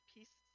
Peace